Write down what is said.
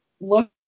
look